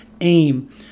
aim